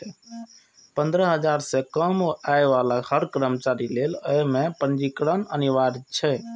पंद्रह हजार सं कम आय बला हर कर्मचारी लेल अय मे पंजीकरण अनिवार्य छै